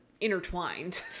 intertwined